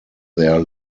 their